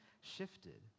shifted